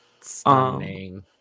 Stunning